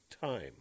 time